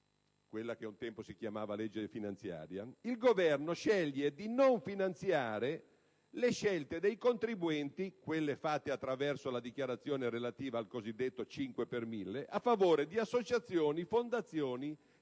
stabilità - una volta chiamata legge finanziaria - il Governo sceglie di non finanziare le scelte dei contribuenti (quelle fatte attraverso la dichiarazione relativa al cosiddetto 5 per mille) a favore di associazioni, fondazioni e organizzazioni